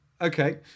okay